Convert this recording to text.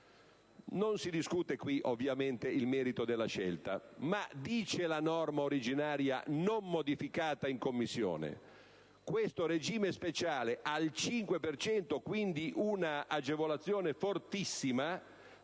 Non si discute qui ovviamente il merito della scelta, ma la norma originaria, non modificata in Commissione, prevede che questo regime speciale al 5 per cento - quindi un'agevolazione fortissima